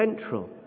central